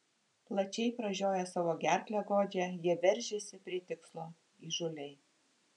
plačiai pražioję savo gerklę godžią jie veržiasi prie tikslo įžūliai